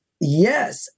Yes